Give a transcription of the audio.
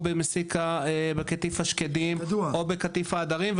או בקטיף השקדים או בקטיף ההדרים,